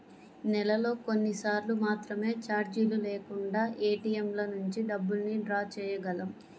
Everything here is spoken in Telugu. నెలలో కొన్నిసార్లు మాత్రమే చార్జీలు లేకుండా ఏటీఎంల నుంచి డబ్బుల్ని డ్రా చేయగలం